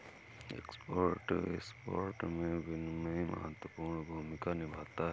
export import में विनियमन महत्वपूर्ण भूमिका निभाता है